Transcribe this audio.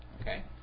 Okay